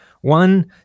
One